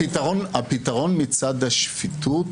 הפתרון מצד השפיטות,